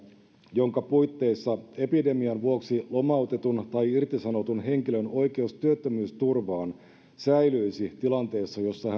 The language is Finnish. jonka puitteissa epidemian vuoksi lomautetun tai irtisanotun henkilön oikeus työttömyysturvaan säilyisi tilanteessa jossa